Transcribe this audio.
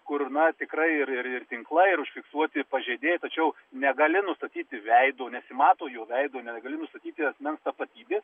kur na tikrai ir ir tinklai ir užfiksuoti pažeidėjai tačiau negali nustatyti veido nesimato jo veido negali nustatyti asmens tapatybės